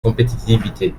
compétitivité